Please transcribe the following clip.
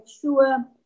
sure